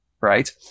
right